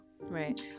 Right